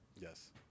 Yes